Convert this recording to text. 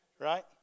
Right